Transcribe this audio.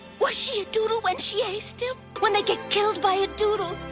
was she a doodle when she aced him? when they get killed by a doodle,